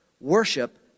Worship